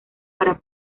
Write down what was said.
para